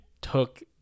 took